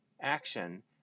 action